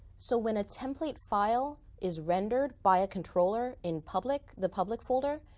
so when a template file is rendered by a controller in public, the public folder,